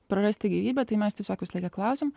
prarasti gyvybę tai mes tiesiog visą laiką klausiam